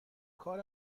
کار